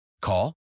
Call